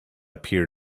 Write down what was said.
appeared